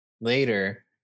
later